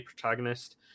protagonist